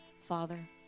Father